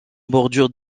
bordure